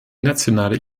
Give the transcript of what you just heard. nationale